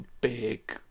big